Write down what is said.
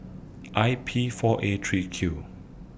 I P four A three Q